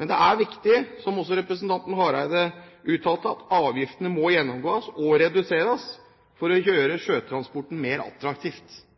Men det er viktig, som også representanten Hareide uttalte, at avgiftene må gjennomgås og reduseres for å gjøre sjøtransporten mer